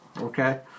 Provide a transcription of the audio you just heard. Okay